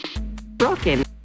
Broken